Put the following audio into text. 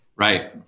Right